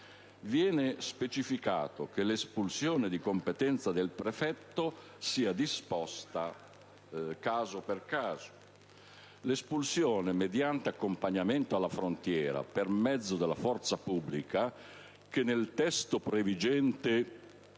Viene specificato che l'espulsione di competenza del prefetto sia disposta caso per caso. L'espulsione mediante accompagnamento alla frontiera per mezzo della forza pubblica, che nel testo previgente